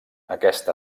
aquest